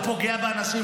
הוא פוגע באנשים,